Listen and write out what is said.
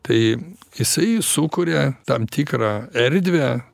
tai jisai sukuria tam tikrą erdvę